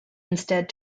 instead